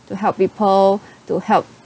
to help people to help